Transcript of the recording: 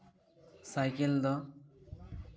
cycle ᱫᱚ